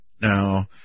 Now